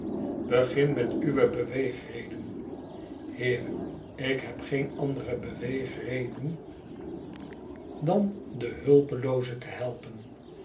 begin met uwe beweegreden heer ik heb geene andere beweegreden dan de hulpelooze te helpen